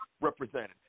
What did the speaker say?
represented